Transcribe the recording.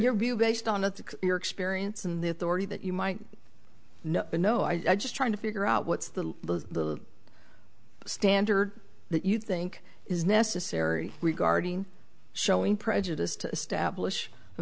your view based on the your experience in the authority that you might not know i just trying to figure out what's the standard that you think is necessary regarding showing prejudice